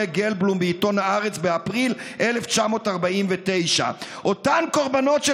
גלבלום בעיתון הארץ באפריל 1949. אותם קורבנות של